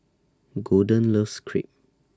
Golden loves Crepe